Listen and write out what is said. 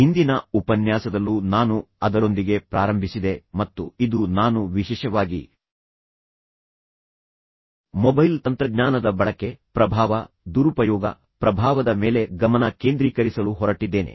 ಹಿಂದಿನ ಉಪನ್ಯಾಸದಲ್ಲೂ ನಾನು ಅದರೊಂದಿಗೆ ಪ್ರಾರಂಭಿಸಿದೆ ಮತ್ತು ಇದು ನಾನು ವಿಶೇಷವಾಗಿ ಮೊಬೈಲ್ ತಂತ್ರಜ್ಞಾನದ ಬಳಕೆ ಪ್ರಭಾವ ದುರುಪಯೋಗ ಪ್ರಭಾವದ ಮೇಲೆ ಗಮನ ಕೇಂದ್ರೀಕರಿಸಲು ಹೊರಟಿದ್ದೇನೆ